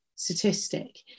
statistic